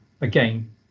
again